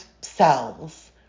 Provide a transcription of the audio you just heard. cells